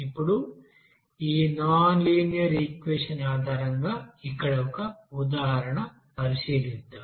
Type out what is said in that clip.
ఇప్పుడుఈనాన్లీనియర్ equation ఆధారంగా ఇక్కడ ఒక ఉదాహరణను పరిశీలిద్దాం